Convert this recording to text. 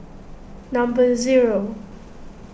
number zero